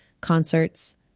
concerts